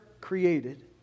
created